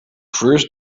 first